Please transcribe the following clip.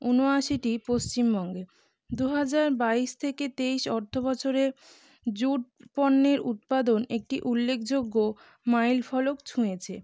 ঊনআশিটি পশ্চিমবঙ্গের দু হাজার বাইশ থেকে তেইশ অর্থ বছরে জুট পণ্যের উৎপাদন একটি উল্লেখযোগ্য মাইল ফলক ছুঁয়েছে